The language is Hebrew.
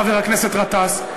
חבר הכנסת גטאס,